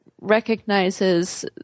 recognizes